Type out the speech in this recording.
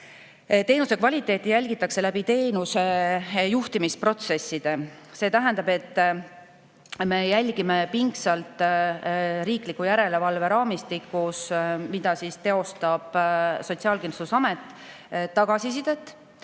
Teenuse kvaliteeti jälgitakse teenuse juhtimisprotsesside kaudu. See tähendab, et me jälgime pingsalt riikliku järelevalve raamistikus, mida teostab Sotsiaalkindlustusamet, tagasisidet